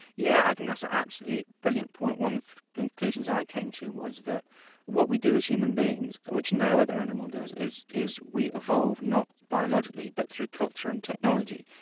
yeah i think that's an absolutely brilliant point. one of the conclusions i came to was that what we do as human beings which no other animal does, is is we evolve not biologically, but through culture and technology,